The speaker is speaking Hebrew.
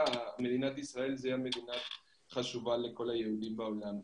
מדינת ישראל זו המדינה החשובה לכל היהודים בעולם.